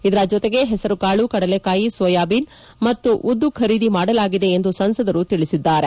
ಇದರ ಜೊತೆಗೆ ಹೆಸರುಕಾಳು ಕಡಲೆಕಾಯಿ ಸೋಯಾಬಿನ್ ಮತ್ತು ಉದ್ದು ಖರೀದಿ ಮಾಡಲಾಗಿದೆ ಎಂದು ಸಂಸದರು ತಿಳಿಸಿದ್ದಾರೆ